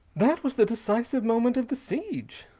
that was the decisive moment of the siege.